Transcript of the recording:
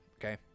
okay